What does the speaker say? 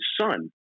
son